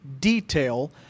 detail